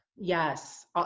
Yes